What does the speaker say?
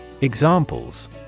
Examples